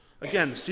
Again